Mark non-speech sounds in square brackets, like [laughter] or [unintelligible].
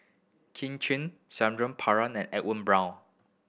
Kin Chui [unintelligible] and Edwin Brown